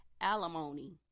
alimony